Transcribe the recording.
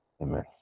Amen